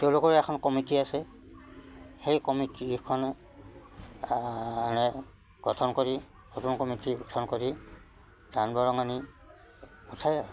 তেওঁলোকৰ এখন কমিটি আছে সেই কমিটিখনে মানে গঠন কৰি নতুন কমিটি গঠন কৰি দান বৰঙনি উঠায়